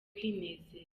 kwinezeza